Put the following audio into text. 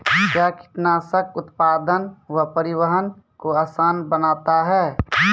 कया कीटनासक उत्पादन व परिवहन को आसान बनता हैं?